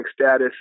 status